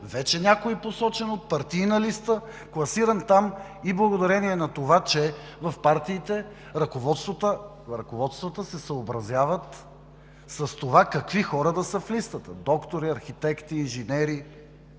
вече някой, посочен от партийна листа, класиран там, и благодарение на това, че в партиите ръководствата се съобразяват с това, какви хора да са в листата – доктори, архитекти, инженери